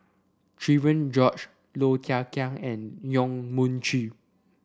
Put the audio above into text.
Cherian George Low Thia Khiang and Yong Mun Chee